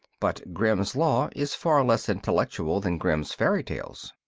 but grimm's law is far less intellectual than grimm's fairy tales.